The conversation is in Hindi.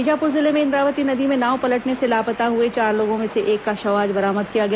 बीजापुर जिले में इंद्रावती नदी में नाव पलटने से लापता हुए चार लोगों में से एक का शव आज बरामद किया गया